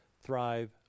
thrive